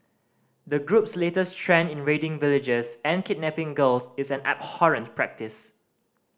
the group's latest trend in raiding villages and kidnapping girls is an abhorrent practice